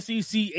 sec